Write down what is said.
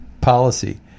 policy